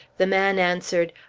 the man answered,